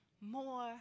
more